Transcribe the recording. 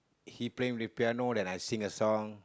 he playing with piano when then I sing a song